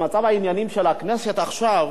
במצב העניינים של הכנסת עכשיו,